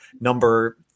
number –